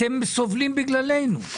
אתם סובלים בגללנו.